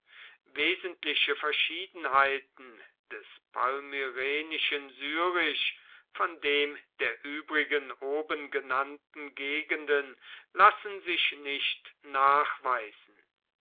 wesentliche verschiedenheiten des palmyrenischen syrisch von dem der übrigen oben genannten gegenden lassen sich nicht nachweisen